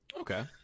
Okay